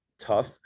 tough